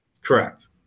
Correct